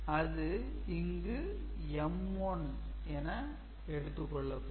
அது இங்கு M1 என எடுத்துக் கொள்ளப்படும்